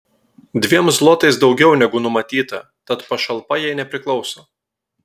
dviem zlotais daugiau negu numatyta tad pašalpa jai nepriklauso